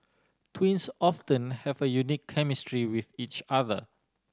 twins often have a unique chemistry with each other